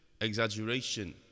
exaggeration